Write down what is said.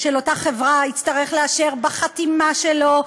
של אותה חברה יצטרך לאשר בחתימה שלו,